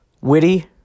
witty